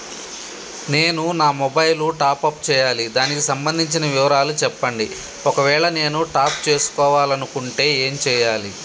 నేను నా mobile top up చేయాలి దానికి సంబంధించిన వివరాలు చెప్పండి ఒకవేళ నేను టాప్ చేసుకోవాలనుకుంటే ఏం చేయాలి?